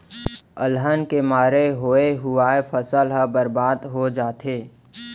अलहन के मारे होवे हुवाए फसल ह बरबाद हो जाथे